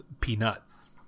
peanuts